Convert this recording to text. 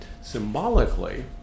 symbolically